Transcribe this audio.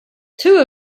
two